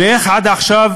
ואיך עד עכשיו